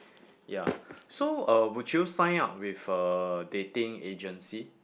ya so uh would you sign up with a dating agency